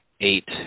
eight